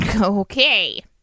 Okay